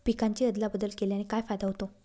पिकांची अदला बदल केल्याने काय फायदा होतो?